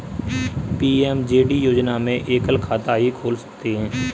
PMJD योजना में एकल खाता ही खोल सकते है